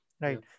right